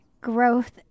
growth